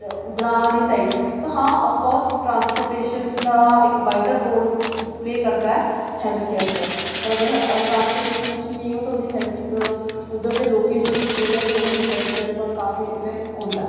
ग्रांऽ आह्ली साईड हां तो आफकोर्स ट्रांसपोर्टेशन दा इक्क वाईटल रोल प्ले करदा ऐ इक्क हेल्थ केयर पर ते अगर ट्रांसपोर्टेशन अच्छी निं होऐ ते ओह्दा उद्धर दे लोकें पर काफी इफैक्ट पौंदा ऐ